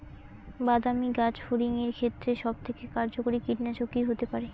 বাদামী গাছফড়িঙের ক্ষেত্রে সবথেকে কার্যকরী কীটনাশক কি হতে পারে?